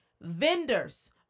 vendors